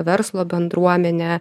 verslo bendruomene